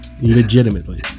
Legitimately